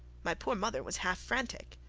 my poor mother was half frantic.